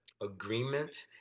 agreement